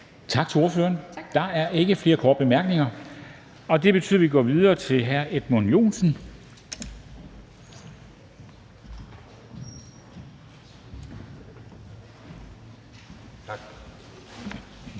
Tak til ordføreren. Der er ikke flere korte bemærkninger, og det betyder, at vi går videre til hr. Edmund Joensen.